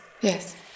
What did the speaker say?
Yes